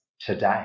today